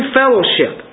fellowship